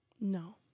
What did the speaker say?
No